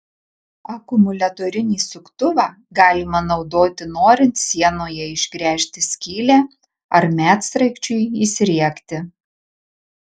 akumuliatorinį suktuvą galima naudoti norint sienoje išgręžti skylę ar medsraigčiui įsriegti